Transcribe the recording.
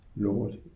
lord